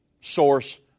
source